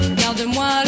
garde-moi